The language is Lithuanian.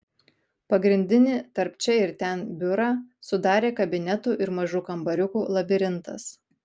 pagrindinį tarp čia ir ten biurą sudarė kabinetų ir mažų kambariukų labirintas